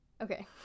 Okay